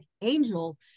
angels